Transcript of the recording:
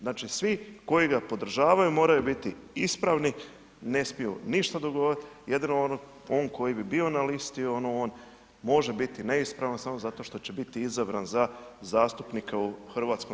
Znači, svi koji ga podržavaju moraju biti ispravni, ne smiju ništa dugovat, jedino on koji bi bio na listi, on može biti neispravan samo zato što će biti izabran za zastupnika u HS.